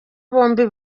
bombi